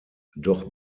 doch